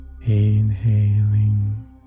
inhaling